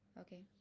Okay